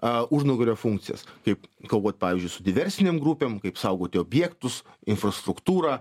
a užnugario funkcijas kaip kovot pavyzdžiui su diversinėm grupėm kaip saugoti objektus infrastruktūrą